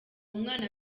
mwana